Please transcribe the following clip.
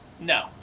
No